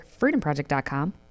freedomproject.com